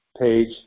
page